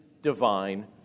divine